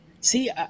See